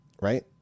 Right